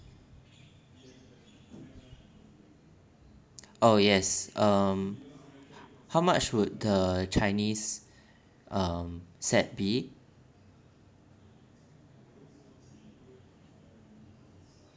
oh yes um how much would the chinese um set B